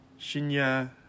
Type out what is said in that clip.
Shinya